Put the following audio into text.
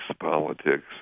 politics